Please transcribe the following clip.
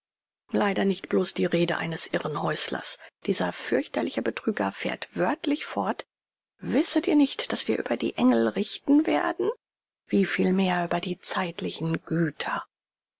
leider nicht bloß die rede eines irrenhäuslers dieser fürchterliche betrüger fährt wörtlich fort wisset ihr nicht daß wir über die engel richten werden wie viel mehr über die zeitlichen güter